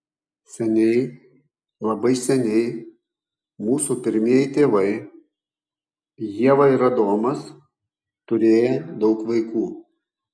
seniai labai seniai mūsų pirmieji tėvai ieva ir adomas turėję daug vaikų